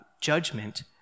judgment